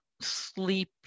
sleep